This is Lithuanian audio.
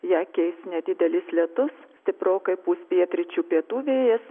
ją keis nedidelis lietus stiprokai pūs pietryčių pietų vėjas